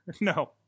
No